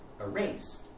erased